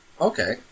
Okay